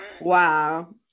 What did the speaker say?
Wow